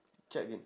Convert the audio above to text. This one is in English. check again